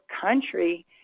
country